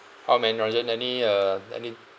how man~ any uh any